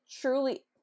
truly